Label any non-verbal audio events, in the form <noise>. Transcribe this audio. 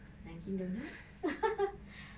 dunkin donuts <laughs>